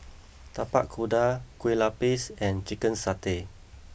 Tapak Kuda Kueh Lapis and Chicken Satay